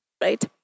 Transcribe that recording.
right